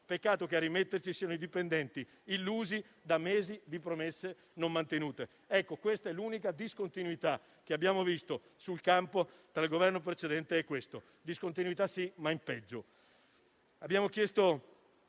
Peccato che a rimetterci siano i dipendenti, illusi da mesi di promesse non mantenute. Questa è l'unica discontinuità che abbiamo visto sul campo tra il Governo precedente e questo, ma in peggio.